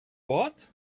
what